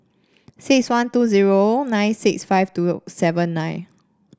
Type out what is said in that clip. six one two zero nine six five two seven nine